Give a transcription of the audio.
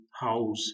house